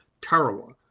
Tarawa